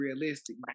realistic